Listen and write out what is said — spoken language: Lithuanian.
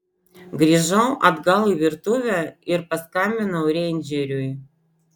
grįžau atgal į virtuvę ir paskambinau reindžeriui